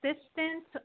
assistant